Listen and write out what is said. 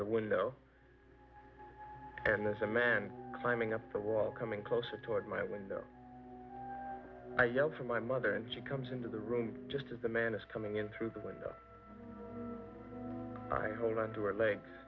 the window and there's a man climbing up the wall coming closer toward my window i yell for my mother and she comes into the room just as the man is coming in through the window i hold onto her l